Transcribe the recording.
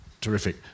Terrific